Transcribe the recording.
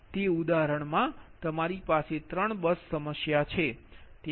તે ઉદાહરણમાં તમારી પાસે 3 બસ સમસ્યા છે